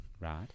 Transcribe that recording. Right